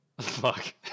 Fuck